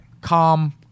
calm